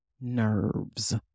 nerves